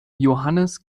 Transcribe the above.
johannes